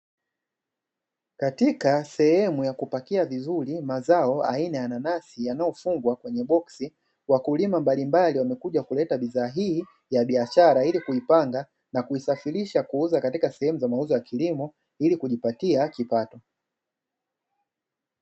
Katika sehemu ya kupakia vizuri mazao aina ya nanasi, yanayofungwa kufungua wakulima mbalimbali wamekuja kuleta bidhaa hii ya biashara ili kuipanda na kuisafirisha kuuza katika sehemu za mauzo ya kilimo ili kujipatia kipato.